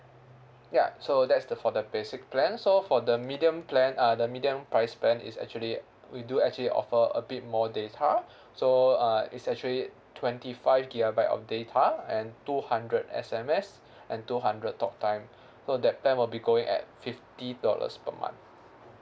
ya so that's the for the basic plan so for the medium plan uh the medium price plan is actually we do actually offer a bit more data so uh it's actually twenty five gigabyte of data and two hundred S_M_S and two hundred talk time so that plan will be going at fifty dollars per month